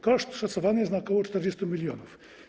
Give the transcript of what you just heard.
Koszt szacowany jest na ok. 40 mln.